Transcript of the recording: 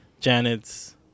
Janet's